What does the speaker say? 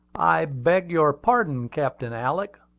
i beg your pardon, captain alick,